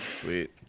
Sweet